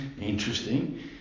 interesting